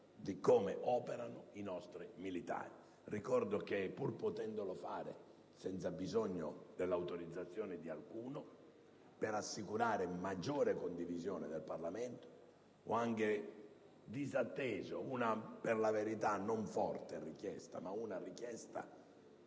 di come operano i nostri militari. Ricordo che, pur potendolo fare senza bisogno dell'autorizzazione di alcuno, per assicurare una maggiore condivisione del Parlamento ho anche disatteso una richiesta - per la verità non forte - della comunità